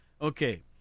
Okay